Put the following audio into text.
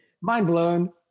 mind-blown